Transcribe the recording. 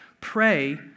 Pray